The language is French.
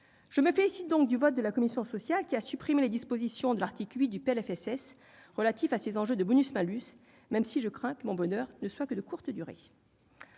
Je me félicite donc du vote de la commission des affaires sociales, qui a supprimé les dispositions de l'article 8 du PLFSS, relatif à ces enjeux de bonus-malus, même si je crains que mon bonheur ne soit que de courte durée